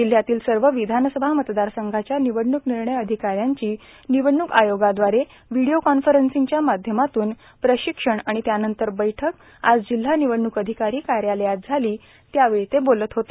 जिल्ह्यातील सर्व विधानसभा मतदारसंघांच्या निवडणूक निर्णय अधिकाऱ्यांचे निवडणूक आयोगाद्वारे व्हिडिओकॉन्फरंसिंगच्या माध्यमातून प्रशिक्षण आणि त्यानंतर बैठक आज जिल्हा निवडणूक अधिकारी कार्यालयात झाली त्यावेळी ते बोलत होते